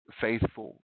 faithful